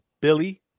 billy